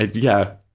yeah,